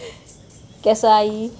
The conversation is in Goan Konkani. केसायी